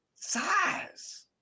size